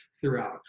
throughout